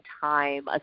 time